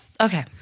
okay